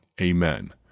Amen